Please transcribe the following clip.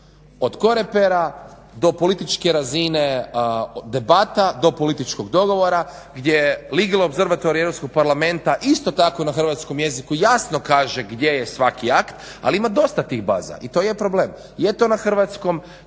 Od COREPER-a do političke razine debata, do političkog dogovora gdje legal observatory europskog parlamenta isto tako na hrvatskom jeziku jasno kaže gdje je svaki akt, ali ima dosta tih baza i to je problem. Je to na hrvatskom,